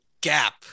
gap